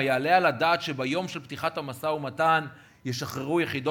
היעלה על הדעת שביום פתיחת המשא-ומתן ישחררו יחידות